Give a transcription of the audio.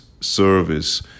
service